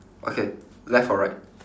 okay left or right